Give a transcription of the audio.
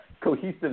cohesive